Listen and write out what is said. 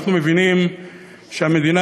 אנחנו מבינים שהמדינה,